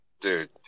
dude